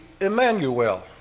Emmanuel